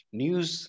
news